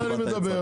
על זה אני מדבר,